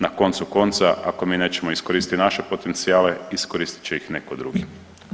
Na koncu konca ako mi nećemo iskoristiti naše potencijale, iskoristit će ih neko drugi.